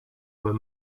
were